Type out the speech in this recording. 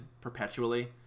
perpetually